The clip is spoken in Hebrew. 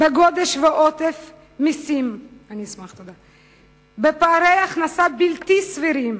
בגודש ובעודף מסים, בפערי הכנסה בלתי סבירים,